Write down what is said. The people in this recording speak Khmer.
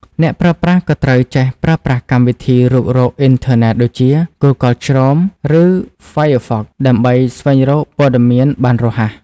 អ្នកប្រើប្រាស់ក៏ត្រូវចេះប្រើប្រាស់កម្មវិធីរុករកអ៊ីនធឺណិតដូចជា Google Chrome ឬ Firefox ដើម្បីស្វែងរកព័ត៌មានបានរហ័ស។